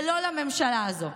ולא לממשלה הזו,